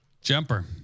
Jumper